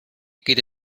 geht